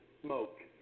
smoke